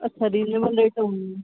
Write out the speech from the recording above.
अच्छा reasonable rate हूंदा